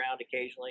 occasionally